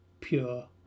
pure